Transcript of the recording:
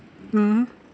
mm